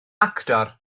actor